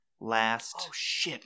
last